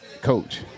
coach